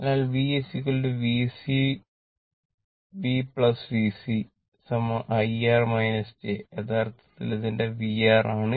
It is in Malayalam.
അതിനാൽ V V VC I R j യഥാർത്ഥത്തിൽ ഇത് എന്റെ VR ആണ്